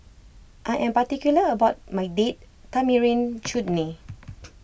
I am particular about my Date Tamarind Chutney